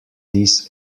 this